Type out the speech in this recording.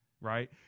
Right